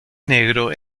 negro